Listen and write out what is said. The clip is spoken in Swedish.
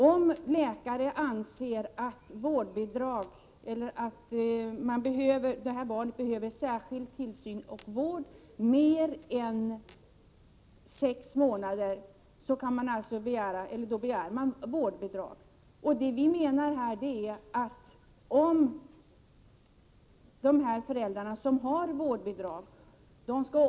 Om läkare anser att barnet behöver särskild tillsyn och vård under längre tid än sex månader, begär man vårdbidrag.